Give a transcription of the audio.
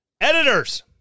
Editors